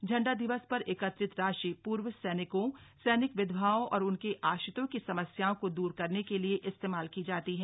झण्डा दिवस पर एकत्रित राशि पूर्व सैनिकों सैनिक विधवाओं और उनके आश्रितों की समस्याओं को दूर करने के लिए इस्तेमाल की जाती है